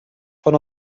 von